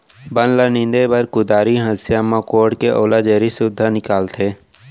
बन ल नींदे बर कुदारी, हँसिया म कोड़के ओला जरी सुद्धा निकालथें